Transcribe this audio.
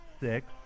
six